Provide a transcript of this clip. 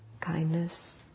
kindness